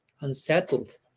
unsettled